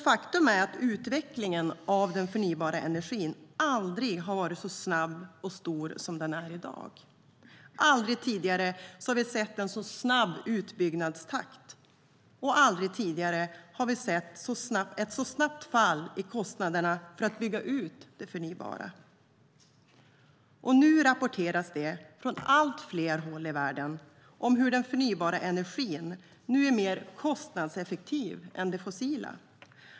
Faktum är att utvecklingen av den förnybara energin aldrig har varit så snabb och så stor som den är i dag. Aldrig tidigare har vi sett en så snabb utbyggnadstakt, och aldrig tidigare har vi sett ett så snabbt fall i kostnaderna för att bygga ut det förnybara. Och nu rapporteras, från allt fler håll i världen, att den förnybara energin är mer kostnadseffektiv än det fossila.